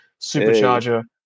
supercharger